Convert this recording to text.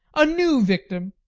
a new victim!